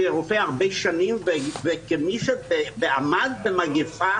כרופא הרבה שנים, כמי שעמד במגפה